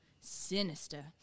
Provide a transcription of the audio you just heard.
sinister